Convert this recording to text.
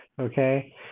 okay